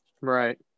Right